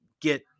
get